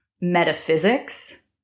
metaphysics